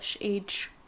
age